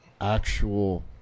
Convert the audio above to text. actual